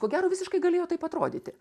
ko gero visiškai galėjo taip atrodyti